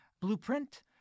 blueprint